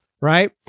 right